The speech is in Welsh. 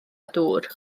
dŵr